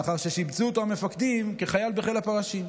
מאחר ששיבצו אותו המפקדים כחייל בחיל הפרשים.